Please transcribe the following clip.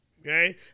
okay